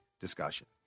discussion